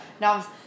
Now